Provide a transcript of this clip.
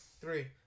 three